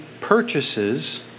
purchases